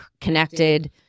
connected